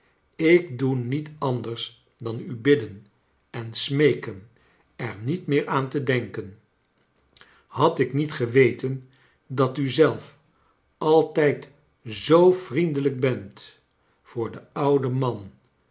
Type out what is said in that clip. ik doe niet anders dan u bidden en smeeken er niet meer aan te denken had ik niet geweten dat u zelf altijd zoo vriendelijk bent voor den ouden man